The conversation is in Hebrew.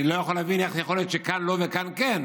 אני לא יכול להבין איך שכאן לא וכאן כן,